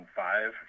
five